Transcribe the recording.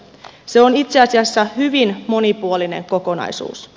se on itse asiassa hyvin monipuolinen kokonaisuus